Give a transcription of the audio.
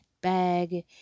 bag